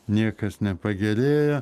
niekas nepagerėja